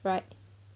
right